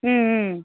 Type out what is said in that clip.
ம் ம்